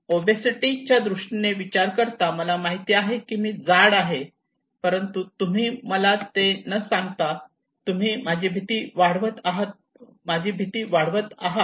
obesity च्या दृष्टीने विचार करता मला माहिती आहे की मी जाड आहे परंतु तुम्ही मला ते न सांगता तुम्ही माझी भीती वाढवत आहात